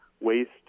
waste